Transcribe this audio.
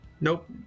nope